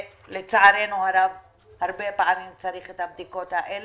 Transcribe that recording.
ולצערנו הרב הרבה פעמים צריך את הבדיקות האלה,